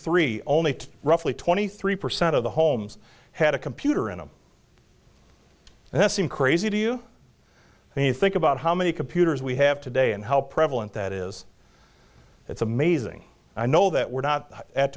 three only roughly twenty three percent of the homes had a computer and they seem crazy to you he think about how many computers we have today and how prevalent that is it's amazing i know that we're not a